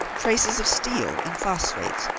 traces of steel and phosphates,